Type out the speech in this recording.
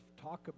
talk